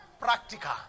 practical